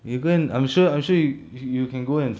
you go and I'm sure I'm sure you can go and